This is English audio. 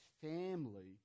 family